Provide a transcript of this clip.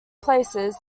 places